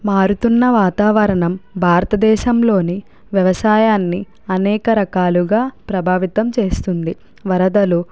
మారుతున్న వాతావరణం భారతదేశంలోని వ్యవసాయాన్ని అనేక రకాలుగా ప్రభావితం చేస్తుంది వరదలు